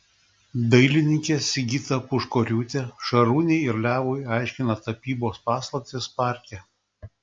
dailininkė sigita puškoriūtė šarūnei ir levui aiškina tapybos paslaptis parke